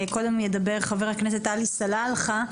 קודם ידבר חבר הכנסת עלי סלאלחה,